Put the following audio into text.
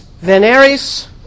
veneris